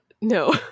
No